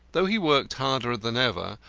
though he worked harder than ever,